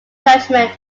judgment